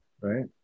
Right